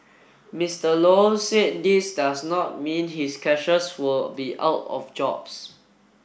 Mister Low said this does not mean his cashiers will be out of jobs